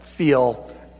feel